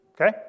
Okay